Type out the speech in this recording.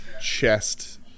chest